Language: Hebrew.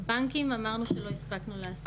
בנקים אמרנו שלא הספקנו לעשות.